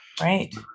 Right